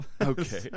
Okay